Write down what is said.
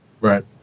Right